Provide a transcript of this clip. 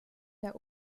der